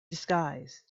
disguised